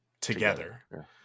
together